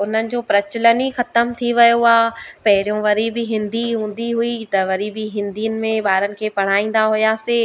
उन्हनि जो प्रचल्लन ई ख़तमु थी वियो आहे पहिरियों वरी बि हिंदी हूंदी हुई त वरी बि हिंदीअन में ॿारनि खे पढ़ाईंदा हुयासीं